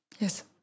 yes